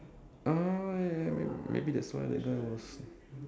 uh ya ya ya may~ maybe that's why that guy was